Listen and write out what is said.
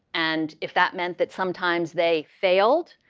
and if that meant that sometimes they failed,